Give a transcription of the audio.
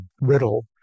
riddle